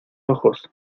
ojos